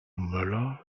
möller